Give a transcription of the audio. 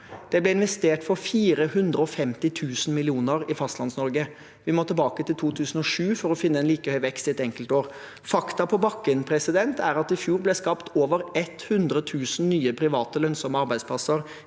Det ble investert for 450 000 mill. kr i Fastlands-Norge. Vi må tilbake til 2007 for å finne en like høy vekst i et enkeltår. Fakta på bakken er at det i fjor ble skapt over 100 000 nye private lønnsomme arbeidsplasser